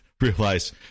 realize